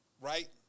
right